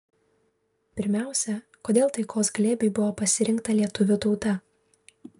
pirmiausia kodėl taikos glėbiui buvo pasirinkta lietuvių tauta